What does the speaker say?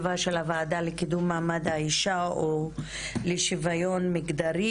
אני פותחת את הישיבה של הוועדה לקידום מעמד האישה ולשוויון מגדרי.